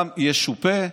גם ישופה,